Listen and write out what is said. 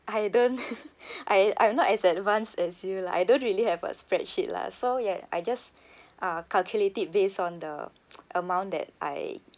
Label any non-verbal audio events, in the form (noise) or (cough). I don't (laughs) I I'm not as advanced as you lah I don't really have a spreadsheet lah so ya I just (breath) uh calculate it based on the amount that I